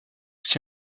aussi